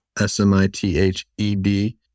S-M-I-T-H-E-D